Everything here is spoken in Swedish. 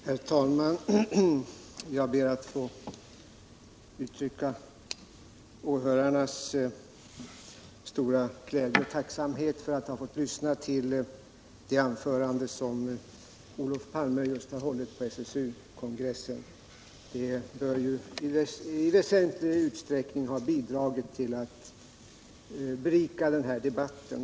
Herr talman! Jag ber att få uttrycka åhörarnas stora glädje och tacksamhet för att vi har fått lyssna till det anförande som Olof Palme just har hållit på SSU-kongressen. Det bör i väsentlig utsträckning ha bidragit till att berika den här debatten.